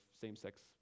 same-sex